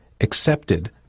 accepted